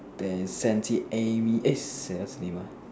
there is Santy Amy eh say what's her name ah